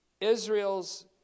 Israel's